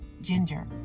Ginger